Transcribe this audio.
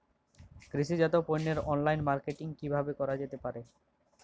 কৃষিজাত পণ্যের online marketing কিভাবে করা যেতে পারে?